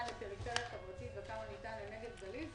לפריפריה החברתית וכמה ניתן לנגב ולגליל?